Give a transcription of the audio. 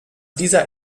dieser